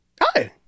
Hi